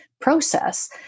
process